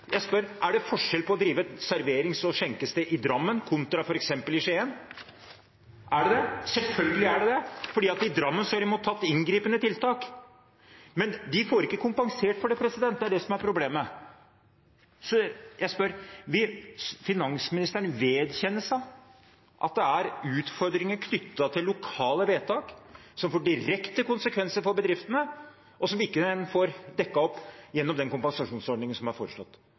Jeg spør: Er det forskjell på å drive et serverings- og skjenkested i Drammen kontra f.eks. i Skien? Er det det? Selvfølgelig er det det, for i Drammen har de måttet ha inngripende tiltak, men de får ikke kompensert for det. Det er det som er problemet. Jeg spør: Vil finansministeren vedkjenne seg at det er utfordringer knyttet til lokale vedtak som får direkte konsekvenser for bedriftene, og som de ikke får dekket opp gjennom den kompensasjonsordningen som er foreslått?